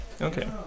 Okay